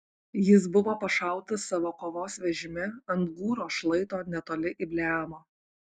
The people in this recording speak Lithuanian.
jis buvo pašautas savo kovos vežime ant gūro šlaito netoli ibleamo